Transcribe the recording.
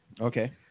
Okay